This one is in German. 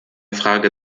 frage